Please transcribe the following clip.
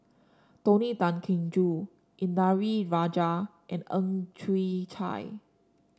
Tony Tan Keng Joo Indranee Rajah and Ang Chwee Chai